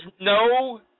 no